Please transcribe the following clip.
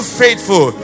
faithful